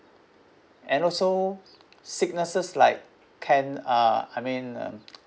and also sicknesses like can uh I mean um